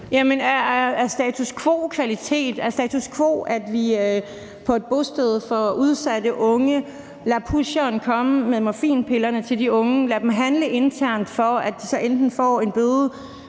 Er status quo bedre, nemlig at vi på et bosted for udsatte unge lader pusheren komme med morfinpillerne til de unge og lader dem handle internt, for at de så enten